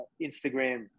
Instagram